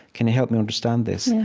can you help me understand this?